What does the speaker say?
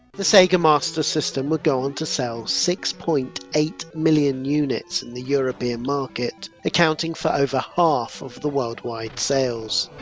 the sega master system would go on to sell six point eight million units in the european market, accounting for over half of worldwide sales.